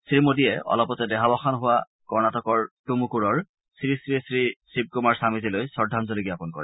শ্ৰীমোদীয়ে অলপতে দেহাৱসান হোৱা কৰ্ণটিকৰ তুমুকুৰৰ শ্ৰীশ্ৰী শিৱ কুমাৰ স্বমীজীলৈ শ্ৰদ্ধাঞ্জলি জ্ঞাপন কৰে